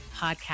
podcast